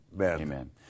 Amen